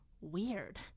weird